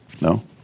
No